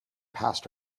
past